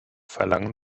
verlangen